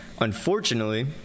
unfortunately